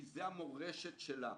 כי זו המורשת שלה,